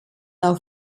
auf